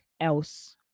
else